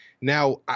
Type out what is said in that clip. now